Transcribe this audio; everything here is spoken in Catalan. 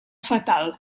fatal